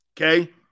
okay